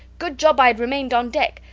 good job i had remained on deck.